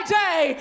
day